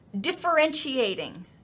differentiating